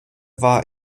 war